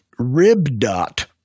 Ribdot